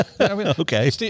Okay